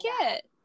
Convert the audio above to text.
get